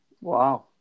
Wow